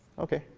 ok,